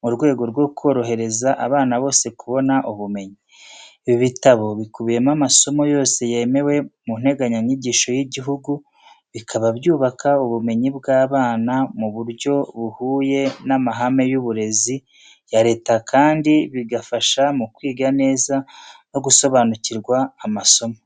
mu rwego rwo korohereza abana bose kubona ubumenyi. Ibi bitabo bikubiyemo amasomo yose yemewe mu nteganyanyigisho y'igihugu, bikaba byubaka ubumenyi bw'abana mu buryo buhuye n'amahame y'uburezi ya leta kandi bigafasha mu kwiga neza no gusobanukirwa amasomo.